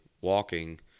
walking